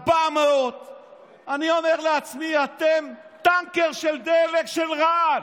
400. אני אומר לעצמי: אתם טנקר של דלק, של רעל.